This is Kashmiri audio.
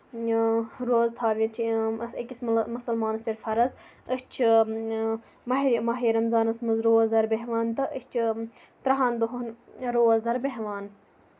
ٲں روزٕ تھاوٕنۍ چھِ أکِس مُسَلمانَس پٮ۪ٹھ فَرض تہٕ أسۍ چھِ ماہہِ ماہہِ رمضانَس مَنٛز روزدار بیٚہوان تہٕ أسۍ چھِ ترٕٛہَن دۄہَن روزدار بیٚہوان